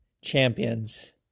champions